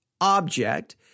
object